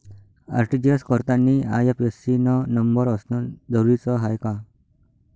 RTGS करतांनी IFSC न number असनं जरुरीच हाय का?